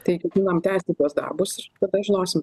tai ketinam tęsti tuos darbus ir tada žinosim